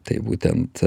tai būtent